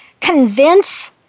convince